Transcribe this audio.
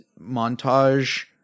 montage